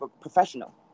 professional